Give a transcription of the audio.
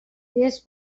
this